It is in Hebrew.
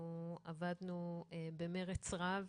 אנחנו עבדנו במרץ רב